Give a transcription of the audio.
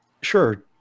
Sure